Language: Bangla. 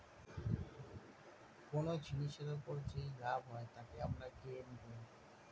কোন জিনিসের ওপর যেই লাভ হয় তাকে আমরা গেইন বলি